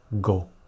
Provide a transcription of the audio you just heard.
go